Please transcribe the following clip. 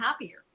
happier